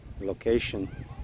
location